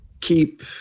keep